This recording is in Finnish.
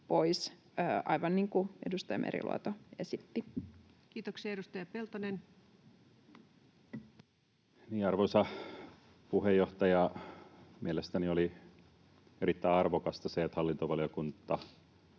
pois, aivan niin kuin edustaja Meriluoto esitti. Kiitoksia. — Edustaja Peltonen. Arvoisa puheenjohtaja! Mielestäni oli kyllä erittäin arvokasta se, että hallintovaliokunta